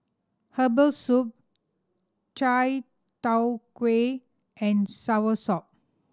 herbal soup chai tow kway and soursop